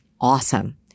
awesome